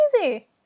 easy